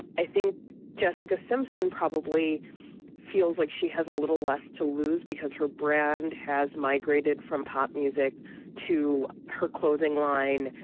i think jessica simpson probably feels like she has a little less to lose because her brand has migrated from pop music to her clothing line.